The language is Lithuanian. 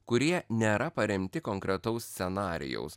kurie nėra paremti konkretaus scenarijaus